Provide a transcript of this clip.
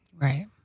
Right